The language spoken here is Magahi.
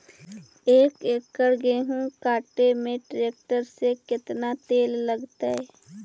एक एकड़ गेहूं काटे में टरेकटर से केतना तेल लगतइ?